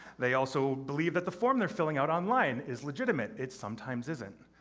they also believe that the form they're filling out online is legitimate it sometimes isn't.